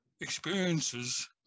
experiences